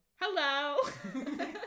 Hello